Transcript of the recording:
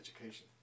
education